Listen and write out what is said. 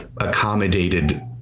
accommodated